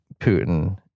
Putin